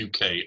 UK